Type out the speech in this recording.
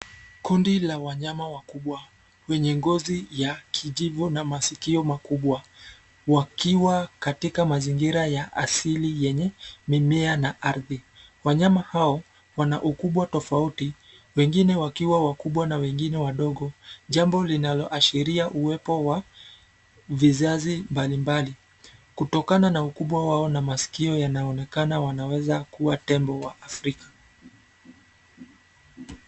Kundi la wanyama wakubwa, wenye ngozi ya kijivu na masikio makubwa, wakiwa katika mazingira ya asili yenye, mimea na ardhi, wanyama hao, wana ukubwa tofauti, wengine wakiwa wakubwa na wengine wadogo, jambo linaloashiria uwepo wa, vizazi mbali mbali, kutokana na ukubwa wao na masikio yanaonekana wanaweza kuwa tembo wa Afrika.